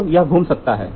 तो यह घूम सकता है